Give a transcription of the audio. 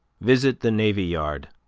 visit the navy yard,